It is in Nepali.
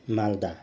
मालदा